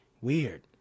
weird